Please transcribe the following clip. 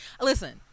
Listen